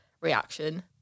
reaction